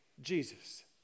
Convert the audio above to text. Jesus